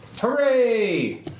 Hooray